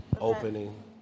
opening